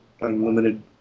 unlimited